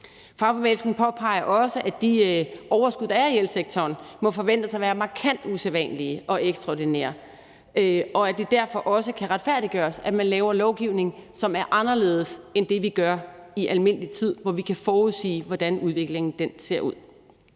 Fagbevægelsen påpeger også, at de overskud, der er i elsektoren, må forventes at være markant usædvanlige og ekstraordinære, og at det derfor også kan retfærdiggøres, at man laver lovgivning, som er anderledes end det, vi gør i almindelig tid, hvor vi kan forudsige, hvordan udviklingen ser ud.